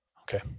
Okay